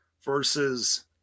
versus